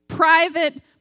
Private